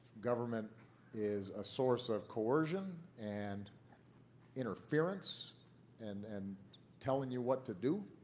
government is a source of coercion and interference and and telling you what to do.